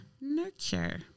nurture